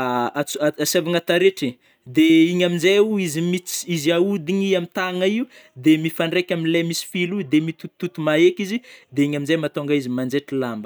asiavagna taretry de igny amnjaio, izy mits izy ahodigny am tagnana io de mifandraika amle misy filo de mitotototo maeky de igny amzai mahatonga izy manjaitro lamba.